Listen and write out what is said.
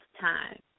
time